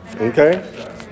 okay